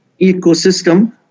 ecosystem